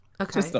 okay